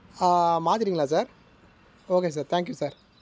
மாற்றிட்டீங்களா sir okay sir thank you sir